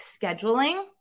scheduling